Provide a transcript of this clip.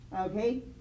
Okay